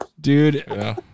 Dude